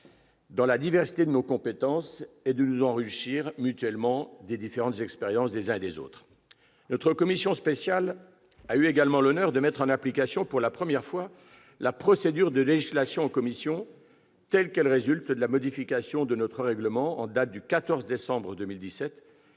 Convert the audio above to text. dans la diversité de nos compétences, et de nous enrichir mutuellement de nos expériences respectives. La commission spéciale a également eu l'honneur de mettre en application, pour la première fois, la procédure de législation en commission, telle qu'elle résulte de la modification de notre règlement en date du 14 décembre 2017,